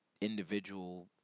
individual